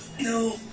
No